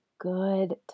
good